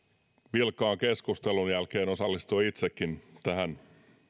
vilkkaan keskustelun jälkeen osallistua itsekin tähän